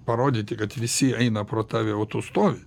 parodyti kad visi eina pro tave o tu stovi